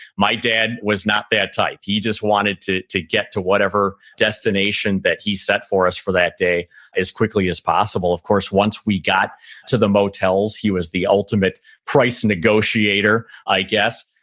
my dad was not that type. he just wanted to to get to whatever destination that he set for us for that day as quickly as possible of course, once we got to the motels, he was the ultimate price negotiator, i guess.